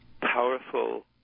powerful